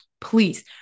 please